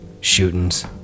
shootings